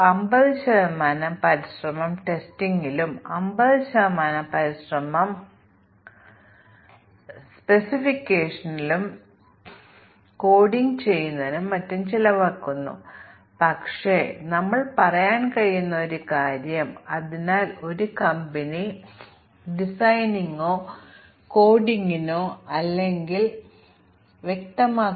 രണ്ടാമത്തെ പ്രശ്നം ഒരു നോൺ ട്രിവിയൽ പ്രോഗ്രാമിനായി നമുക്ക് കോടിക്കണക്കിന് അല്ലെങ്കിൽ ട്രില്യൺ മ്യൂട്ടന്റ്കളെ സൃഷ്ടിക്കാൻ കഴിയും തുടർന്ന് ഈ പ്രക്രിയ ഓട്ടോമേറ്റ് ചെയ്യാമെങ്കിലും ഇതിന് ധാരാളം സമയമെടുക്കാം കൂടാതെ ധാരാളം എററുകൾ ഫ്ലാഗ് ചെയ്യപ്പെടുന്നത് ഇക്വലെനറ്റ് മ്യൂട്ടന്റ് കാരണമാകാം കൂടാതെ നമുക്ക് ലളിതമായ സിൻടാക്റ്റിക് ഫോൾട്ട്കളും ചില തരം ഫോൾട്ട്കളും മാത്രമേ ഇൻജെക്റ്റ് ചെയ്യാൻ കഴിയൂ